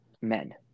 men